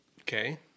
Okay